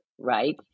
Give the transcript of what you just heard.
right